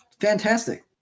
fantastic